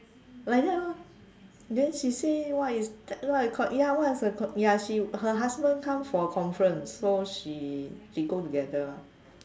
like that lor then she say what is called ya what is a ya she her husband come for a conference so she they go together